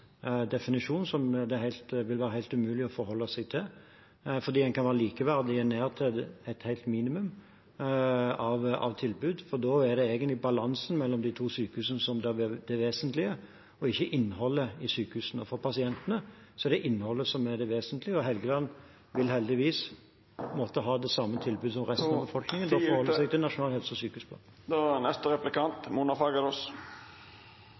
definisjon som det vil være helt umulig å forholde seg til, fordi en kan være likeverdig helt ned til et minimum av tilbud, og da er det egentlig balansen mellom de to sykehusene som blir det vesentlige, ikke innholdet i sykehusene. For pasientene er det innholdet som er det vesentlige, og Helgeland vil heldigvis måtte ha det samme tilbudet som resten av befolkningen og forholde seg til Nasjonal helse- og sykehusplan.